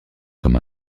comme